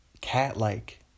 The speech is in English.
Cat-like